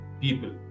people